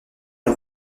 les